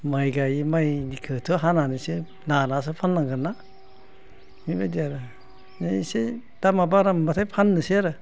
माइ गायो माइखौथ' हानानैसो लानासो फाननांगोनना बेबायदि आरो दा इसे दामा बारा मोनबाथाय फाननोसै आरो